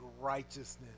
righteousness